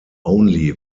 only